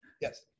Yes